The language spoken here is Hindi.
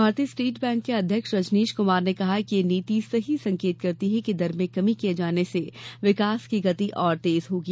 भारतीय स्टेट बैंक के अध्यक्ष रजनीश कुमार ने कहा कि यह नीति सही संकेत करती है कि दर में कमी किए जाने से विकास की गति और तेज होगी